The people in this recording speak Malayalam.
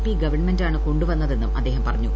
പി ഗവൺമെന്റാണ് കൊണ്ടുവന്നതെന്നും അദ്ദേഹം പറഞ്ഞു